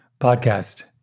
podcast